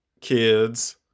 kids